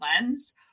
lens